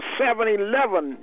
7-Eleven